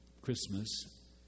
Christmas